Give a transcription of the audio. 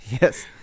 yes